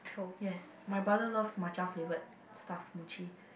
yes my brother loves matcha flavoured stuff mochi